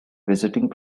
visiting